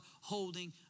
holding